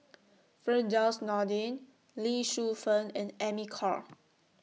Firdaus Nordin Lee Shu Fen and Amy Khor